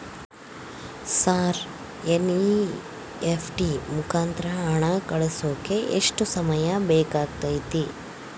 Sir NEFT ಮುಖಾಂತರ ಹಣ ಕಳಿಸೋಕೆ ಎಷ್ಟು ಸಮಯ ಬೇಕಾಗುತೈತಿ?